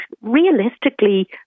Realistically